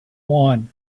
one